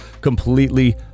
completely